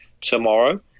tomorrow